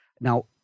Now